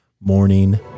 morning